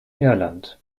irland